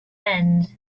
end